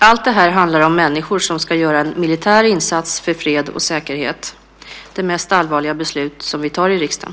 Allt det här handlar om människor som ska göra en militär insats för fred och säkerhet, det mest allvarliga beslut som vi fattar i riksdagen.